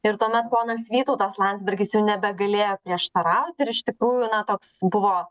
ir tuomet ponas vytautas landsbergis jau nebegalėjo prieštarauti ir iš tikrųjų na toks buvo